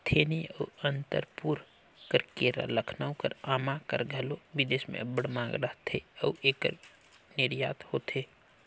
थेनी अउ अनंतपुर कर केरा, लखनऊ कर आमा कर घलो बिदेस में अब्बड़ मांग रहथे अउ एकर निरयात होथे